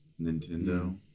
Nintendo